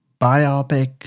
biopic